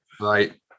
Right